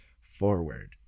forward